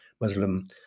Muslim